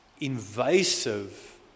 invasive